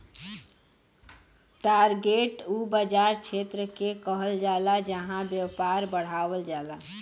target उ बाज़ार क्षेत्र के कहल जाला जहां व्यापार बढ़ावल जाला